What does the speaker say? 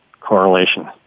correlation